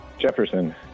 Jefferson